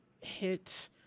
hit